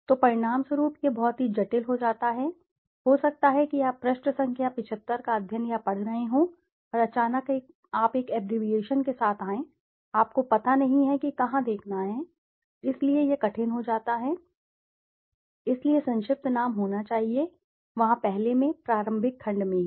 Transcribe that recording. तो परिणामस्वरूप यह बहुत ही जटिल और जटिल हो जाता है हो सकता है कि आप पृष्ठ संख्या 75 का अध्ययन या पढ़ रहे हों और अचानक आप एक अब्बरेविएशन के साथ आए आपको पता नहीं है कि कहां देखना है इसलिए यह कठिन हो जाता है इसलिए संक्षिप्त नाम होना चाहिए वहाँ पहले में प्रारंभिक खंड में ही